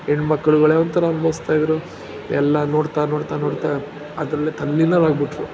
ಹೆಣ್ಮಕ್ಳುಗಳೇ ಒಂಥರ ಅನ್ಭವಿಸ್ತಾಯಿದ್ರು ಎಲ್ಲ ನೋಡುತ್ತಾ ನೋಡುತ್ತಾ ನೋಡುತ್ತಾ ಅದರಲ್ಲೇ ತಲ್ಲೀನರಾಗ್ಬಿಟ್ಟರು